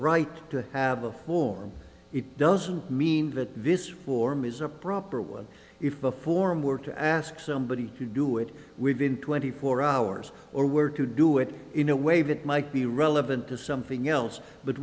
right to have a form it doesn't mean that this form is a proper one if the form were to ask somebody to do it we've been twenty four hours or were to do it in a way that might be relevant to something else but